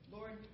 Lord